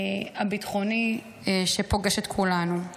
הביטחוני, שפוגש את כולנו.